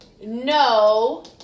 no